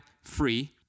free